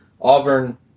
Auburn